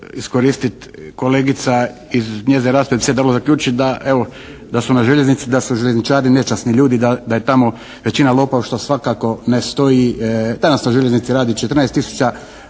da su željezničari nečasni ljudi, da je tamo većina lopova što svakako ne stoji.